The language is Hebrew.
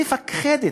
מפחדת,